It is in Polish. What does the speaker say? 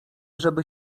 żeby